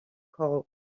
called